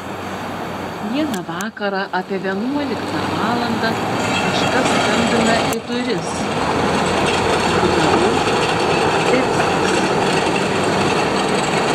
vieną vakarą apie vienuoliktą valandą kažkas skambina į duris atidarau zdebskis stovi